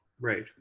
Right